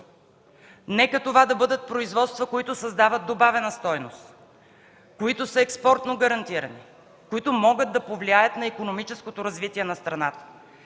Нека това да бъдат производства, които създават добавена стойност, които са експортно гарантирани, могат да повлияят на икономическото развитие на страната.